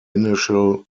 initial